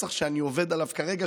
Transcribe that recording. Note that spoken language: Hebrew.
הנוסח שאני עובד עליו כרגע,